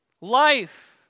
life